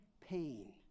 pain